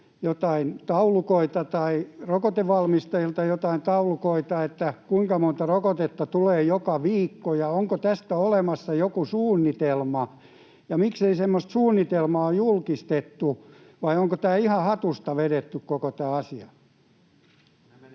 joitain taulukoita tai rokotevalmistajilta joitain taulukoita siitä, kuinka monta rokotetta tulee joka viikko? Onko tästä olemassa joku suunnitelma? Ja miksei semmoista suunnitelmaa ole julkistettu? Vai onko koko tämä asia ihan hatusta vedetty? Näin.